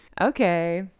Okay